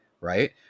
right